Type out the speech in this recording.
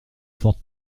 faible